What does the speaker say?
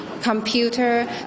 computer